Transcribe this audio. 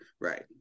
right